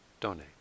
donate